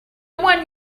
one